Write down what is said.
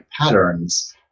patterns